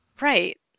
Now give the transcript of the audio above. right